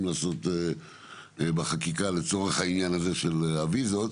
לעשות בחקיקה לצורך עניין הוויזות.